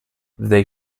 they